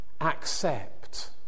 accept